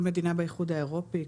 כל מדינה באיחוד האירופי,